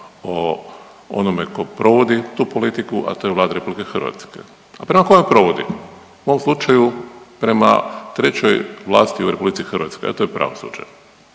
o onome tko provodi tu politiku, a to je Vlada RH. A prema kome provodi? U ovom slučaju prema trećoj vlasti u RH, a to je pravosuđe.